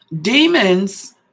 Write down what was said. demons